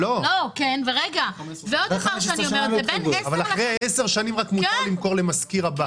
אבל רק אחרי 10 שנים מותר למכור למשכיר הבא.